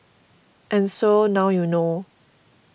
and so now you know